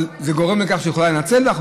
אבל זה גורם לכך שהיא יכולה לנצל אותם,